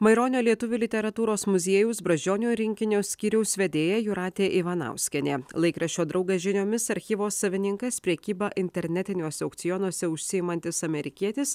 maironio lietuvių literatūros muziejaus brazdžionio rinkinio skyriaus vedėja jūratė ivanauskienė laikraščio draugas žiniomis archyvo savininkas prekyba internetiniuose aukcionuose užsiimantis amerikietis